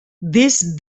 these